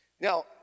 Now